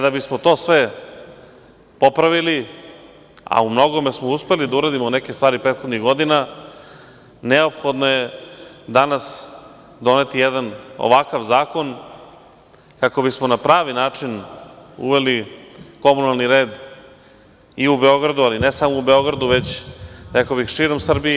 Da bismo to sve popravili, a u mnogome smo uspeli da uradimo neke stvari prethodnih godina, neophodno je danas doneti jedan ovakav zakon kako bismo na pravi način uveli komunalni red i u Beogradu, ali ne samo u Beogradu, već rekao bih širom Srbije.